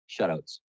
shutouts